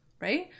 right